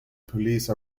police